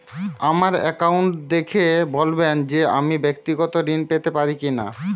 আমার অ্যাকাউন্ট দেখে বলবেন যে আমি ব্যাক্তিগত ঋণ পেতে পারি কি না?